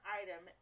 item